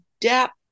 depth